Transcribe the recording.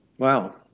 Wow